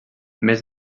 més